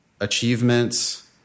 achievements